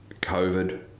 COVID